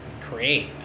create